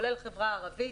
כולל החברה הערבית.